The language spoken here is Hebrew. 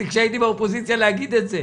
כשהייתי באופוזיציה לא העזתי להגיד את זה.